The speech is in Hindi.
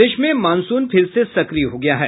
प्रदेश में मॉनसून फिर से सक्रिय हो गया है